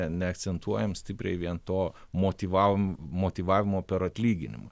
neakcentuojam stipriai vien to motyvavom motyvavimo per atlyginimą